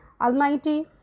Almighty